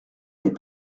n’est